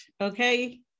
Okay